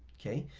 okay?